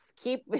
keep